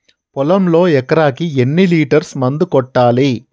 పొలంలో ఎకరాకి ఎన్ని లీటర్స్ మందు కొట్టాలి?